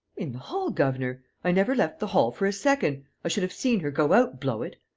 in the hall, governor! i never left the hall for a second! i should have seen her go out, blow it!